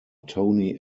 tony